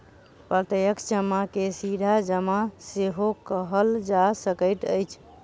प्रत्यक्ष जमा के सीधा जमा सेहो कहल जा सकैत अछि